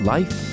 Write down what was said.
Life